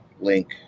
link